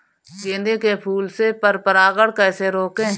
गेंदे के फूल से पर परागण कैसे रोकें?